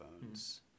phones